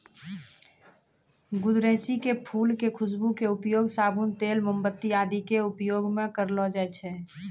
गुदरैंची के फूल के खुशबू के उपयोग साबुन, तेल, मोमबत्ती आदि के उपयोग मं करलो जाय छै